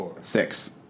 six